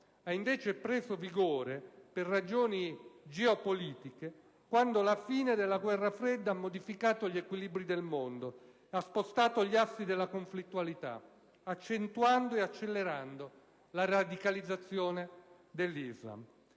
ha invece preso vigore per ragioni geopolitiche quando la fine della Guerra fredda ha modificato gli equilibri del mondo e ha spostato gli assi della conflittualità, accentuando e accelerando la radicalizzazione dell'Islam.